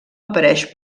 apareix